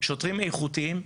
שוטרים איכותיים,